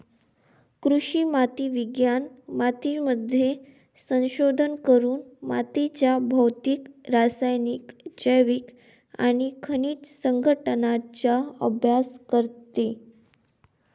कृषी माती विज्ञान मातीमध्ये संशोधन करून मातीच्या भौतिक, रासायनिक, जैविक आणि खनिज संघटनाचा अभ्यास करते